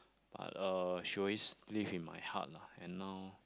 ah eh she always live in my heart lah and now